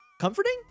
comforting